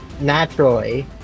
naturally